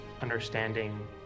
understanding